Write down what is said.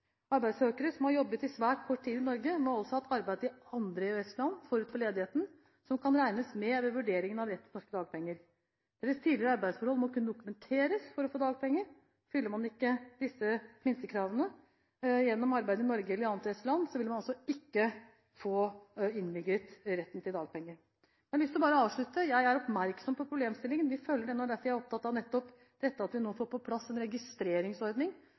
Arbeidssøkere som har jobbet svært kort tid i Norge, må altså ha hatt arbeid i andre EØS-land forut for ledigheten som kan regnes med ved vurderingen av rett til norske dagpenger. Deres tidligere arbeidsforhold må kunne dokumenteres for å få dagpenger. Fyller man ikke disse minstekravene gjennom arbeid i Norge eller i et annet EØS-land, vil man altså ikke få innvilget dagpenger. Jeg har lyst til å avslutte med at jeg er oppmerksom på problemstillingen. Vi følger den. Derfor er jeg opptatt nettopp av at vi nå får på plass en registreringsordning,